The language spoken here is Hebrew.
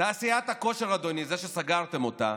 תעשיית הכושר, אדוני, זה שסגרתם אותה,